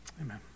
Amen